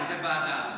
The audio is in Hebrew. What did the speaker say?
איזו ועדה?